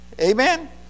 amen